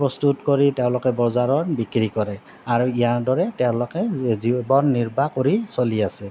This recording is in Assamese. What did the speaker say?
প্ৰস্তুত কৰি তেওঁলোকে বজাৰত বিক্ৰী কৰে আৰু ইয়াৰ দৰে তেওঁলোকে জীৱন নিৰ্বাহ কৰি চলি আছে